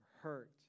hurt